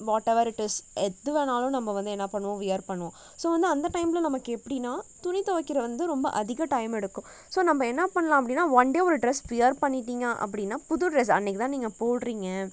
whatever it is எது வேணாலும் நம்ம வந்து என்ன பண்ணுவோம் வியர் பண்ணுவோம் ஸோ வந்து அந்த டைமில் நமக்கு எப்படின்னா துணி துவைக்கிற வந்து ரொம்ப அதிகம் டைம் எடுக்கும் ஸோ நம்ம என்ன பண்ணலாம் அப்டின்னா ஒன் டே ஒரு டிரெஸ் வியர் பண்ணிட்டிங்க அப்படின்னா புது டிரெஸ் அன்னைக்கு தான் நீங்கள் போடுறிங்க